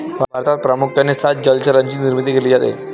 भारतात प्रामुख्याने सात जलचरांची निर्मिती केली जाते